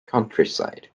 countryside